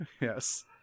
Yes